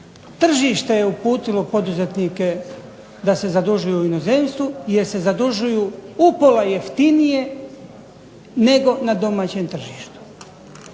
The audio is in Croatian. Tržište je uputilo poduzetnike da se zadužuju u inozemstvu jer se zadužuju upola jeftinije nego na domaćem tržištu